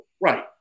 right